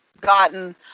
gotten